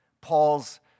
Paul's